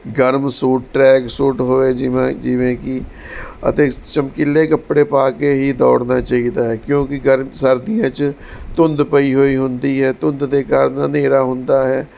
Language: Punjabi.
ਗਰਮ ਸੂਟ ਟਰੈਕ ਸੂਟ ਹੋਵੇ ਜਿਵੇਂ ਜਿਵੇਂ ਕੀ ਅਤੇ ਚਮਕੀਲੇ ਕੱਪੜੇ ਪਾ ਕੇ ਹੀ ਦੌੜਨਾ ਚਾਹੀਦਾ ਹੈ ਕਿਉਂਕਿ ਗਰਮ ਸਰਦੀਆਂ 'ਚ ਧੁੰਦ ਪਈ ਹੋਈ ਹੁੰਦੀ ਹੈ ਧੁੰਦ ਦੇ ਕਾਰਨ ਹਨੇਰਾ ਹੁੰਦਾ ਹੈ